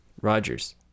rogers